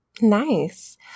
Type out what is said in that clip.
Nice